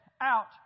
out